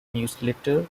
newsletter